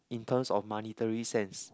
in terms of monetary sense